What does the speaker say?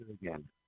again